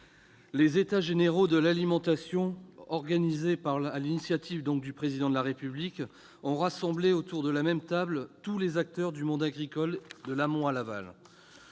Les États généraux de l'alimentation, organisés sur l'initiative du Président de la République, ont rassemblé autour de la même table tous les acteurs du monde agricole, de l'amont à l'aval.